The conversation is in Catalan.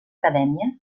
acadèmia